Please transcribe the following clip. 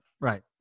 Right